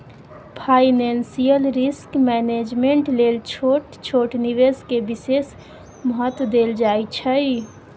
financial risk management लेल छोट छोट निवेश के विशेष महत्व देल जाइ छइ